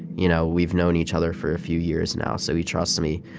you know, we've known each other for a few years now so he trusts me.